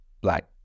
black